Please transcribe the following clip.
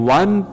one